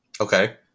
Okay